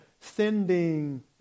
sending